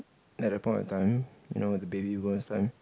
at that point of time you know the baby boomers time